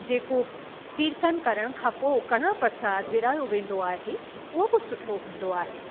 जेको कीर्तन करण खां पोइ कड़ाहु प्रशादु विरिहायो वेंदो आहे उहो बि सुठो हूंदो आहे